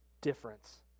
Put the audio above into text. difference